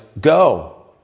go